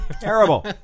terrible